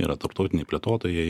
yra tarptautiniai plėtotojai